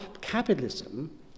capitalism